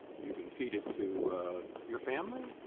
you can feed it to your family,